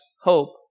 hope